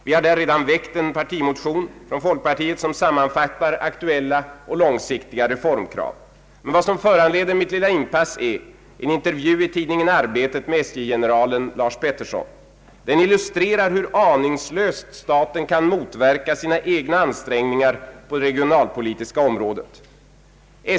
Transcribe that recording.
Folkpartiet har redan väckt en partimotion som sammanfattar aktuella och långsiktiga reformkrav. Vad som föranleder mitt lilla inpass är en intervju i tidningen Arbetet med SJ generalen Lars Peterson. Den illustrerar hur annigslöst staten kan motverka sina egna ansträngningar på det regionalpolitiska området.